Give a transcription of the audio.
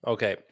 Okay